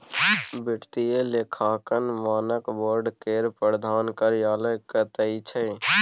वित्तीय लेखांकन मानक बोर्ड केर प्रधान कार्यालय कतय छै